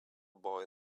boy